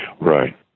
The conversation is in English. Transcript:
Right